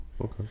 Okay